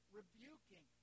rebuking